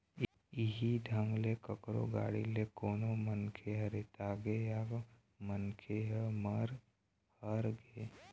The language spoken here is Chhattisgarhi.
इहीं ढंग ले कखरो गाड़ी ले कोनो मनखे ह रेतागे या मनखे ह मर हर गे